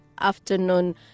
afternoon